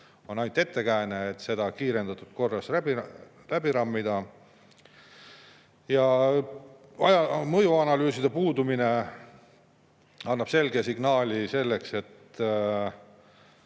aga ainult ettekääne, et seda kiirendatud korras läbi rammida. Ja mõjuanalüüside puudumine annab selge signaali: eesmärk